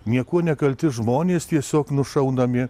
niekuo nekalti žmonės tiesiog nušaunami